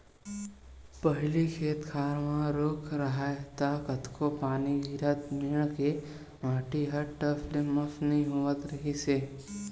पहिली खेत खार म रूख राहय त कतको पानी गिरतिस मेड़ के माटी ह टस ले मस नइ होवत रिहिस हे